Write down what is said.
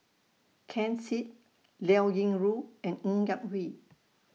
Ken Seet Liao Yingru and Ng Yak Whee